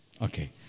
Okay